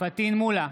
פטין מולא,